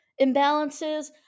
imbalances